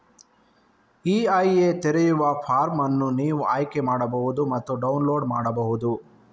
EIA ತೆರೆಯುವ form ಅನ್ನು ನೀವು ಆಯ್ಕೆ ಮಾಡಬಹುದು ಮತ್ತು ಡೌನ್ಲೋಡ್ ಮಾಡಬಹುದು